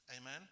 Amen